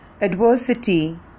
adversity